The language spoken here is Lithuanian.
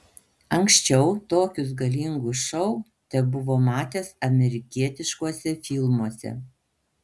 anksčiau tokius galingus šou tebuvo matęs amerikietiškuose filmuose